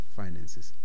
finances